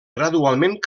gradualment